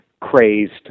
crazed